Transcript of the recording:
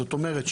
זאת אומרת,